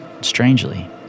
Strangely